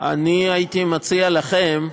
אני הייתי מציע לכם,